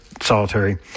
solitary